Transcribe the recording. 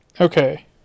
Okay